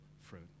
fruit